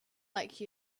like